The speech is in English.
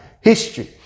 history